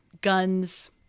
guns